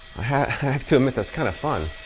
have to admit that's kind of fun.